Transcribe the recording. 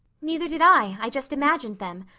neither did i. i just imagined them.